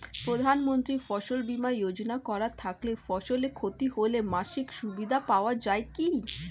প্রধানমন্ত্রী ফসল বীমা যোজনা করা থাকলে ফসলের ক্ষতি হলে মাসিক সুবিধা পাওয়া য়ায় কি?